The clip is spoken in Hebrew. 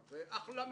זה אחלה מחיר.